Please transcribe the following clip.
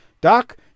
Doc